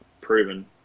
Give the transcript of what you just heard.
proven